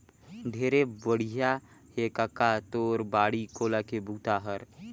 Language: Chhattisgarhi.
ढेरे बड़िया हे कका तोर बाड़ी कोला के बूता हर